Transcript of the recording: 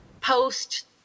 post